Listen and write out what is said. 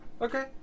Okay